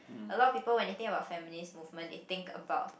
a lot of people when they think about feminist movement they think about